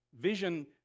Vision